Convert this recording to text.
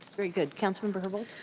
very good. council member?